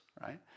right